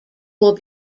will